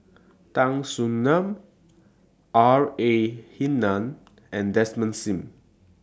Tan Soo NAN R A Hamid and Desmond SIM